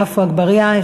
עפו אגבאריה.